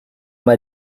m’a